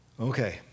Okay